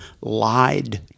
lied